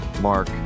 mark